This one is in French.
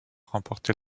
remporter